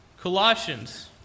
Colossians